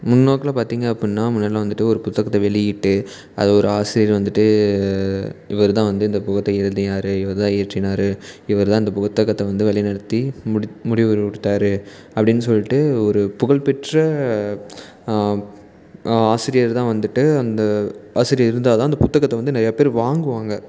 முன்னோக்கில் பார்த்திங்க அப்படின்னா முன்னாடிலாம் வந்துட்டு ஒரு புத்தகத்தை வெளியிட்டு அதை ஒரு ஆசிரியர் வந்துட்டு இவர் தான் வந்து இந்த புத்தகத்தை எழுதினார் இவர் தான் இயற்றினார் இவர் தான் இந்த புத்தகத்தை வந்து வழி நடத்தி முடி முடிவுரை கொடுத்தாரு அப்படின் சொல்லிட்டு ஒரு புகழ்பெற்ற ஆசிரியர் தான் வந்துட்டு அந்த ஆசிரியர் இருந்தால் தான் அந்த புத்தகத்தை வந்து நிறையா பேர் வாங்குவாங்க